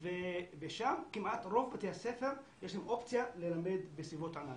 ושם כמעט לרוב בתי הספר יש אופציה ללמד בסביבות ענן.